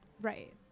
right